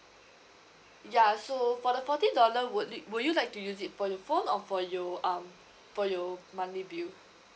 ya so for the forty dollar would would you like to use it for your phone or for your um for your monthly bill